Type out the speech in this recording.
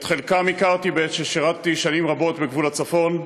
את חלקם הכרתי בעת ששירתי שנים רבות בגבול הצפון.